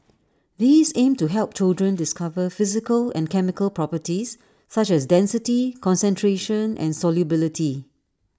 these aim to help children discover physical and chemical properties such as density concentration and solubility